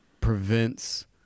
prevents